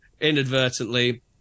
inadvertently